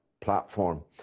platform